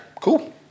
cool